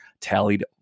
tallied